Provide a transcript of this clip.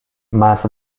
más